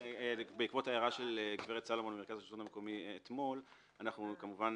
בעקבות ההערה של מירה סלומון אתמול אנחנו כמובן